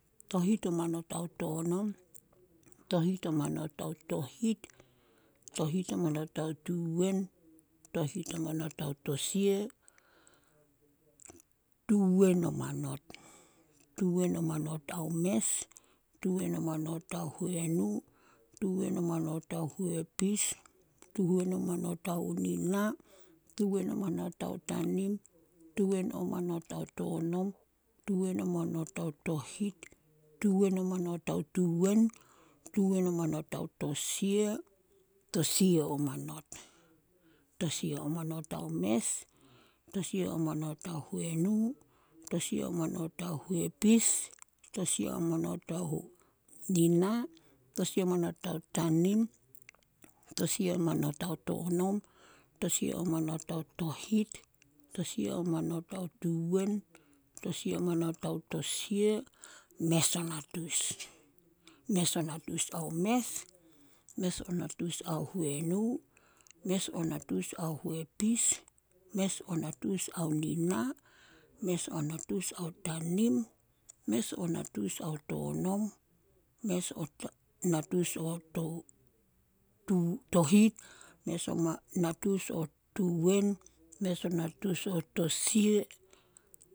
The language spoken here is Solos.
﻿Tohit o manot ao tonom, tohit o manot ao tohit, tohit o manot ao tuwen, tohit o manot ao tosia, tuwen o manot, tuwen o manot ao mes, tuwen o manot ao huenu, tuwen o manot ao huepis, tuwen o manot ao nina, tuwen o mmanot ao tanim, tuwen o manot ao tonom, tuwen o manot ao tohit, tuwen o manot ao tuwen, tuwen o manot ao tosia, tosia o manot, tosia o manot ao mes, tosia o manot ao huenu, tosia o manot ao huepis, tosia o manot ao nina, tosia o manot ao tanim, tosia o mmmanot ao tonom, tosia o manot ao tohit, tosia o manot ao tuwen, tosia manot ao tosia, mes o natus. Mes o natus ao mes, mes o natus ao huenu, mes o natus ao huepis, mes o natus ao nina, mes o natus ao tanim, mes o natus ao tonom, mes o natus ao tohit mes o natus ao tuuwen, mes o natus ao tosia.